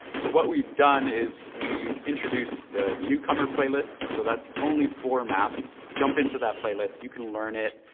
so what we've done is we've introduced the newcomer playlist. so that's only four maps. jump into that playlist. you can learn it.